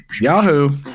Yahoo